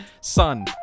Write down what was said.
son